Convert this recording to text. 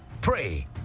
pray